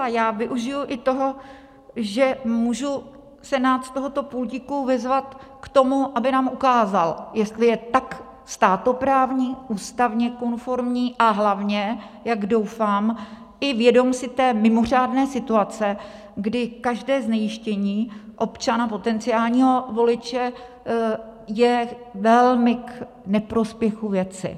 A já využiji i toho, že můžu Senát z tohoto pultíku vyzvat k tomu, aby nám ukázal, jestli je tak státoprávní, ústavně konformní a hlavně, jak doufám, i vědom si té mimořádné situace, kdy každé znejistění občana, potenciálního voliče, je velmi k neprospěchu věci.